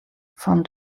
fan